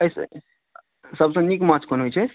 सभसँ सभसँ नीक माँछ कोन होइ छै